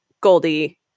Goldie